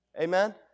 Amen